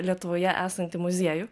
lietuvoje esantį muziejų